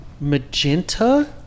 Magenta